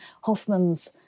Hoffman's